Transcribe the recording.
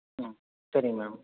ஆ சரிங்க மேம்